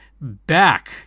back